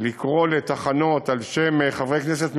לקרוא לתחנות על שם חברי כנסת מכהנים,